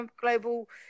Global